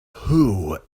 who